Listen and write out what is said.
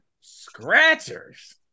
scratchers